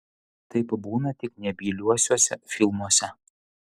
taip būna tik nebyliuosiuose filmuose